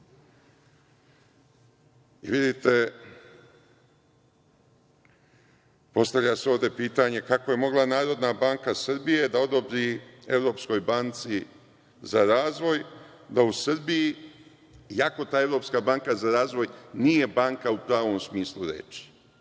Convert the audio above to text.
postavlja se ovde pitanje – kako je mogla Narodna banka Srbije da odobri Evropskoj banci za razvoj da u Srbiji, iako ta Evropska banka za razvoj nije banka u pravom smislu reči,